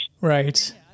Right